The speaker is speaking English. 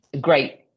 great